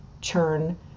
churn